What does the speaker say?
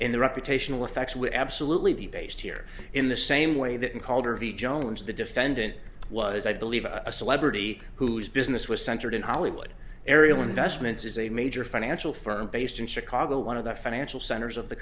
in the reputational effects would absolutely be based here in the same way that in calder v jones the defendant was i believe a celebrity whose business was centered in hollywood ariel investments is a major financial firm based in chicago one of the financial centers of the